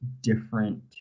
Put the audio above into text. different